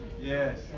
Yes